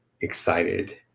excited